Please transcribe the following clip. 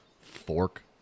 fork